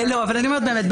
אומרת באמת,